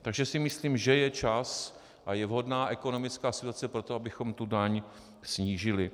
Takže si myslím, že je čas a je vhodná ekonomická situace pro to, abychom tu daň snížili.